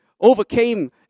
overcame